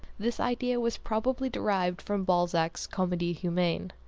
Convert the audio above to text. this idea was probably derived from balzac's comedie humaine.